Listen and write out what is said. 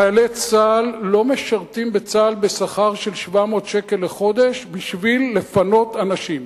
חיילי צה"ל לא משרתים בצה"ל בשכר של 700 שקלים לחודש בשביל לפנות אנשים,